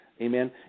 Amen